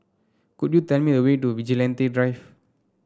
could you tell me the way to Vigilante Drive